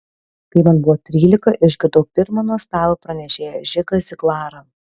kai man buvo trylika išgirdau pirmą nuostabų pranešėją žigą ziglarą